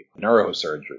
neurosurgery